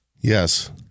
Yes